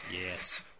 Yes